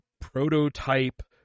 prototype